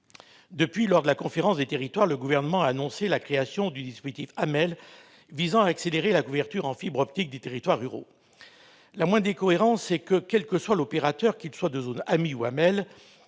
Depuis, lors de la conférence des territoires, le Gouvernement a annoncé la création du dispositif AMEL, qui vise à accélérer la couverture en fibre optique des territoires ruraux. La moindre des cohérences est d'éviter, quel que soit l'opérateur ou la zone- AMII ou AMEL